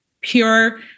pure